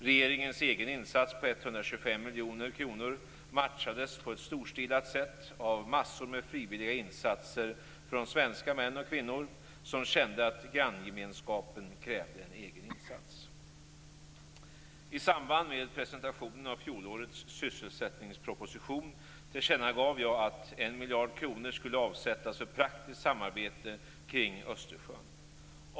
Regeringens egen insats på 125 miljoner kronor matchades på ett storstilat sätt av massor med frivilliga insatser från svenska män och kvinnor som kände att granngemenskapen krävde en egen insats. I samband med presentationen av fjolårets sysselsättningsproposition tillkännagav jag att en 1 miljard kronor skulle avsättas för praktiskt samarbete kring Östersjön.